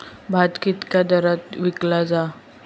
भात कित्क्या दरात विकला जा?